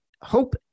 HOPE